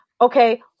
Okay